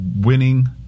winning